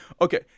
Okay